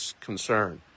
concern